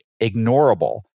ignorable